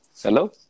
Hello